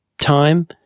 time